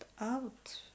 out